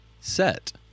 set